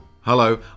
Hello